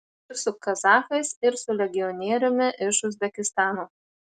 ir su kazachais ir su legionieriumi iš uzbekistano